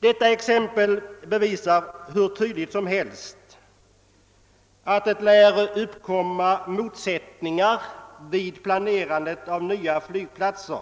Detta exempel bevisar hur tydligt som helst att det lätt uppkommer motsättningar vid planerandet av nya flygplatser